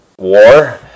war